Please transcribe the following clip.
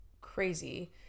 crazy